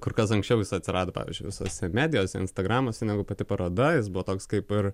kur kas anksčiau jis atsirado pavyzdžiui visose medijose instagramose negu pati paroda jis buvo toks kaip ir